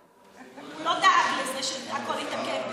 לא דאג לזה שהכול יתעכב ביומיים.